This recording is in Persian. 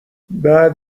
بعد